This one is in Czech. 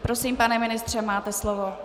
Prosím, pane ministře, máte slovo.